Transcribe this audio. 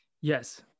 yes